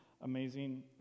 amazing